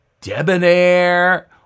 debonair